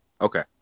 Okay